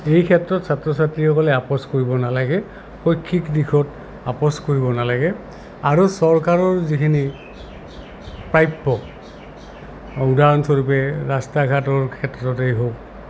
এই ক্ষেত্ৰত ছাত্ৰ ছাত্ৰীসকলে আপোচ কৰিব নালাগে শৈক্ষিক দিশত আপোচ কৰিব নালাগে আৰু চৰকাৰৰ যিখিনি প্ৰাপ্য উদাহৰণস্বৰূপে ৰাস্তা ঘাটৰ ক্ষেত্ৰতেই হওক